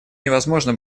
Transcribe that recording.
невозможно